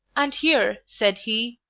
and here, said he,